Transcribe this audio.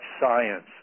science